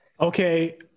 Okay